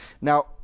Now